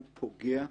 הוא פוגע בהרתעה.